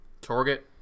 target